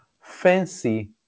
fancy